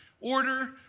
order